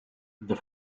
the